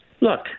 Look